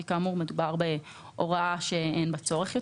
כי מדובר בהוראה שאין בה צורך יותר.